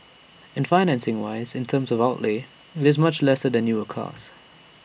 and financing wise in terms of outlay IT is much lesser than newer cars